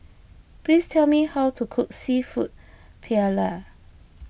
please tell me how to cook Seafood Paella